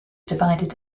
divided